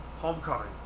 Homecoming